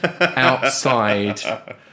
outside